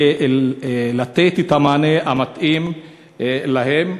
לתת את המענה המתאים להם.